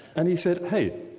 and he said, hey,